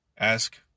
Ask